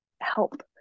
help